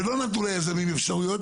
ולא נתנו ליזמים אפשרויות,